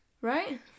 Right